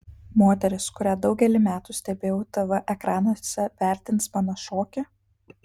moteris kurią daugelį metų stebėjau tv ekranuose vertins mano šokį